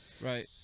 Right